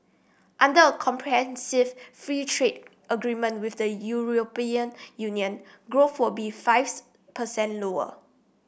under a comprehensive free trade agreement with the Union growth would be fives percent lower